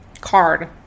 card